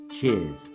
Cheers